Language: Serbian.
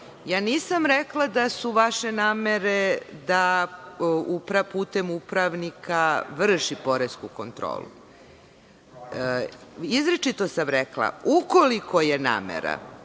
Nisam rekla da su vaše namere da uprava putem upravnika vrši poresku kontrolu. Izričito sam rekla – ukoliko je namera,